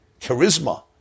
charisma